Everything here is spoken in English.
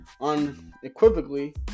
unequivocally